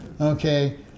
okay